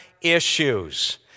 issues